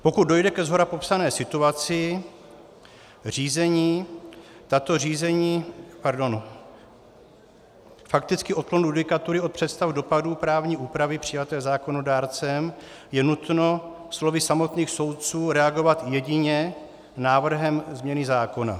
Pokud dojde ke shora popsané situaci, řízení, tato řízení, pardon, fakticky odklon judikatury od představ dopadů právní úpravy přijaté zákonodárcem je nutno slovy samotných soudců reagovat jedině návrhem změny zákona.